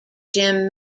jim